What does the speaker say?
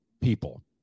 people